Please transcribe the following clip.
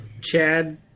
Chad